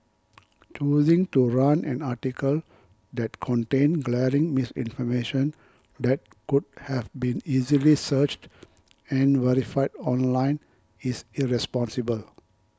choosing to run an article that contained glaring misinformation that could have been easily searched and verified online is irresponsible